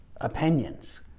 opinions